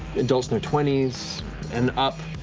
adults in their twenty s and up,